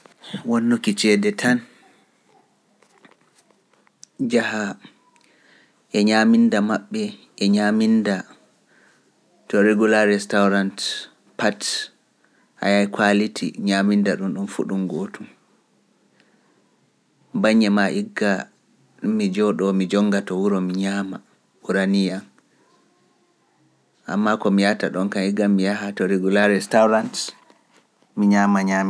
wonnuki cede tan, e nyaaminda mabbe e regular restaurant pat gotel. bannye ma ndikka mi defa nyamki am mi nyaama to wuro. ndikka mi yaha jregular restaurant